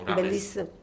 bellissimo